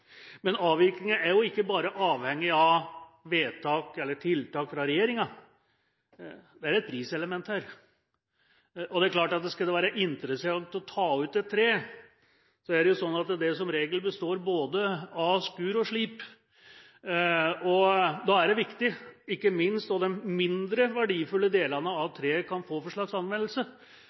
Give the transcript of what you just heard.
Men avvirkningen er ikke bare avhengig av vedtak eller tiltak fra regjeringen, det er et priselement her. Det er klart at skal det være interessant å ta ut et tre – som som regel består av både skurd og slip – er det ikke minst viktig å vite hva slags anvendelse de mindre verdifulle delene av treet kan ha for